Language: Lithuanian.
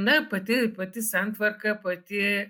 na pati pati santvarka pati